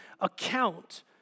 account